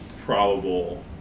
probable